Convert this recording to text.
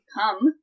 come